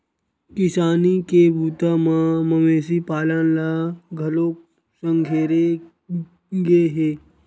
किसानी के बूता म मवेशी पालन ल घलोक संघेरे गे हे